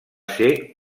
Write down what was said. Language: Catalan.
ser